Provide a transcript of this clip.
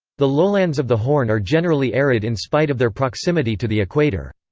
the lowlands of the horn are generally arid in spite of their proximity to the equator.